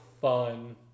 fun